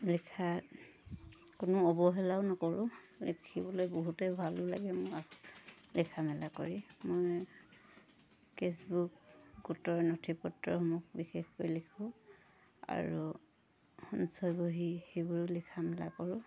লিখা কোনো অৱহেলাও নকৰোঁ লিখিবলৈ বহুতে ভালো লাগে মোৰ লিখা মেলা কৰি মই কেচবুক গোটৰ নথিপত্ৰসমূহ বিশেষকৈ লিখোঁ আৰু সঞ্চয় বহী সেইবোৰো লিখা মেলা কৰোঁ